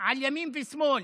על ימין ושמאל.